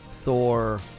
Thor